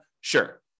Sure